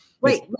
wait